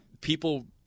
People